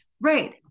right